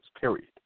period